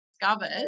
discovered